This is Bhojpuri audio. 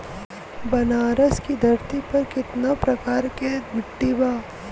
बनारस की धरती पर कितना प्रकार के मिट्टी बा?